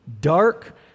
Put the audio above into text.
Dark